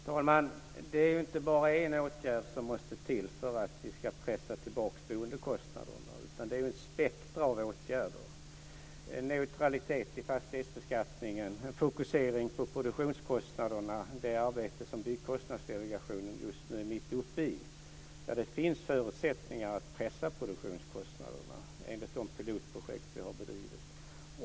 Fru talman! Det är inte bara en åtgärd som måste till för att vi ska kunna pressa tillbaka boendekostnaderna. Det är ju ett spektrum av åtgärder. Det handlar om neutralitet i fastighetsbeskattningen och om en fokusering på produktionskostnaderna. Byggkostnadsdelegationen är just nu mitt uppe i ett arbete med detta. Det finns förutsättningar att pressa ned produktionskostnaderna, enligt de pilotprojekt som vi har bedrivit.